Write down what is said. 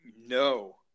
no